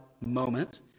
moment